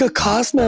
ah cause and